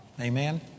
Amen